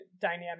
dynamic